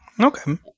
Okay